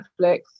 Netflix